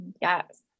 Yes